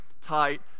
tight